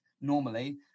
normally